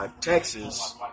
Texas